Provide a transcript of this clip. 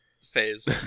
Phase